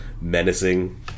menacing